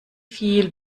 viel